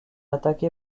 attaqué